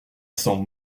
sent